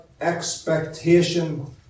expectation